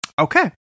Okay